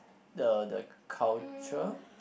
the the culture